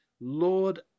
Lord